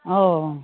অঁ